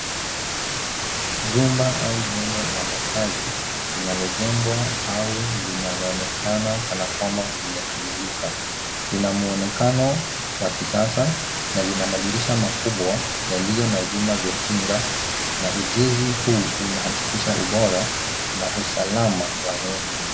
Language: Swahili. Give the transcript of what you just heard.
Jumba au jengo la makaazi linalojengwa au linaloonekana kanakwamba limekamilika. Lina mwonekano wa kisasa na lina madirisha makubwa yaliyo na vyuma vya kinga na ujenzi huu unahakikisha ubora na usalama wa eneo hili.